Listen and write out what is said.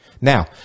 Now